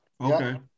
Okay